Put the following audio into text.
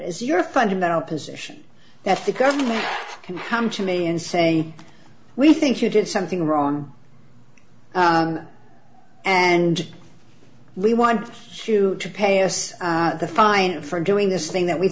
is your fundamental position that the government can come to me and say we think you did something wrong and we want you to pay us the fine for doing this thing that we